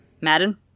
Madden